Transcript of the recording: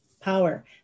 power